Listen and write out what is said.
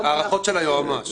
האפשרות של הארכה של היועץ המשפטי,